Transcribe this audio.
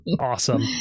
Awesome